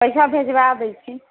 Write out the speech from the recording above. पैसा भिजवा दै छी